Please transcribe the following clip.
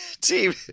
Team